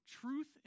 truth